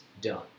done